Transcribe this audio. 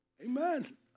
Amen